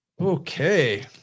Okay